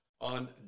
on